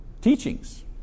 teachings